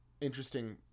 interesting